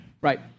Right